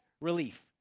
relief